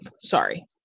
sorry